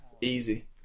Easy